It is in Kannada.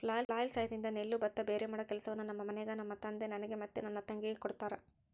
ಫ್ಲ್ಯಾಯ್ಲ್ ಸಹಾಯದಿಂದ ನೆಲ್ಲು ಭತ್ತ ಭೇರೆಮಾಡೊ ಕೆಲಸವನ್ನ ನಮ್ಮ ಮನೆಗ ನಮ್ಮ ತಂದೆ ನನಗೆ ಮತ್ತೆ ನನ್ನ ತಂಗಿಗೆ ಕೊಡ್ತಾರಾ